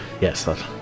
yes